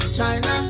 China